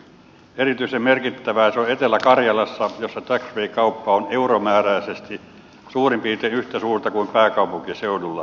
erityisen merkittävää se on etelä karjalassa jossa tax free kauppa on euromääräisesti suurin piirtein yhtä suurta kuin pääkaupunkiseudulla